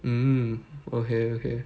mm okay okay